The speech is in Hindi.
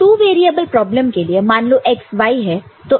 तो 2 वेरिएबल प्रॉब्लम के लिए मान लो x y है